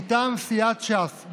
מטעם סיעת ש"ס,